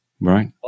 Right